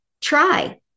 Try